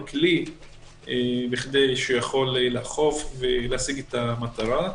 כלי כדי שהוא יוכל לאכוף ולהשיג את המטרה.